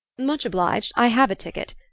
much obliged i have a ticket,